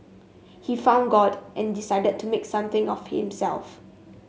he found God and decided to make something of himself